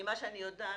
ממה שאני יודעת,